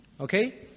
Okay